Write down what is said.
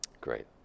Great